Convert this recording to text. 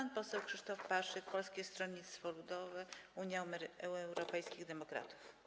Pan poseł Krzysztof Paszyk, Polskie Stronnictwo Ludowe - Unia Europejskich Demokratów.